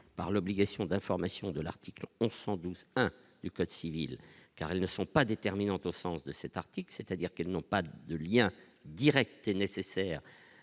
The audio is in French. par l'obligation d'information de l'article 112 1 du code civil, car elles ne sont pas déterminantes au sens de cet article, c'est-à-dire qu'elles n'ont pas de lien Direct et nécessaire